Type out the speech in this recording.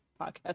podcast